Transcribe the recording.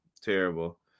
Terrible